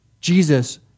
Jesus